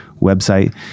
website